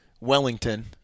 Wellington